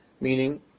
meaning